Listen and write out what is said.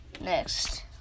Next